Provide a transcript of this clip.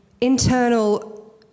internal